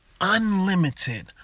unlimited